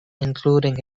including